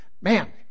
Man